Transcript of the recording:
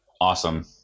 Awesome